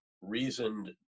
reasoned